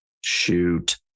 shoot